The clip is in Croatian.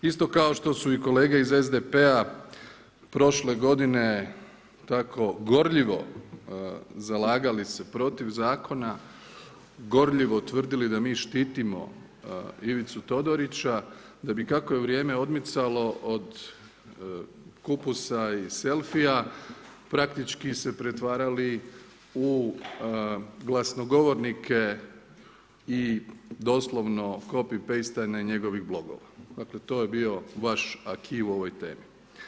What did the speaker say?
Isto kao što su i kolege SDP-a prošle godine tako gorljivo zalagali se protiv zakona, gorljivo tvrdili da štitimo Ivicu Todorića, da bi kako je vrijeme odmicalo od kupusa i selfija, praktički se pretvarali u glasnogovornike i doslovni copy-paste njegovih blogova, dakle to je bio vaš acquis u ovoj temi.